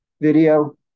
video